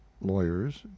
lawyers